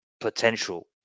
potential